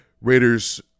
Raiders